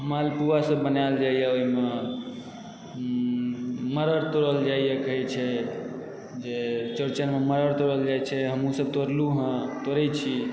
मालपूआ सब बनाएल जाइए ओहिमे मड़ड़ि तोड़ल जाइए कहै छै जे चौड़चनमे मड़ड़ि तोरल जाइत छै हमहुँ सब तोड़लहूँ हँ तोड़ै छी